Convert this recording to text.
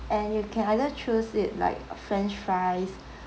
and you can either choose it like french fries